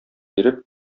биреп